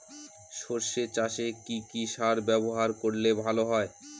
সর্ষে চাসে কি কি সার ব্যবহার করলে ভালো হয়?